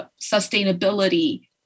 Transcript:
sustainability